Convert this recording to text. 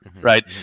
Right